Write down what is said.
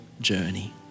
journey